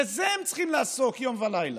בזה הם צריכים לעסוק יום ולילה.